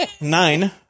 Nine